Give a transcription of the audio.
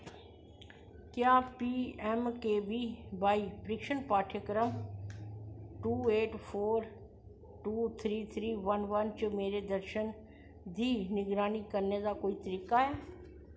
क्या P M K V Y प्रशिक्षण पाठ्यक्रम two eight four two three three one one च मेरे प्रदर्शन दी निगरानी करने दा कोई तरीका ऐ